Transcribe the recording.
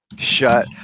shut